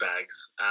bags